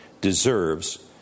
deserves